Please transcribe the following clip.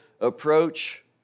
approach